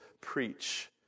preach